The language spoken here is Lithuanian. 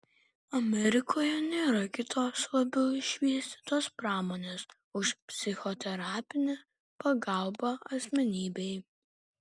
amerikoje nėra kitos labiau išvystytos pramonės už psichoterapinę pagalbą asmenybei